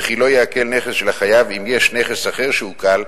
וכי לא יעקל נכס של החייב אם יש נכס אחר שעוקל,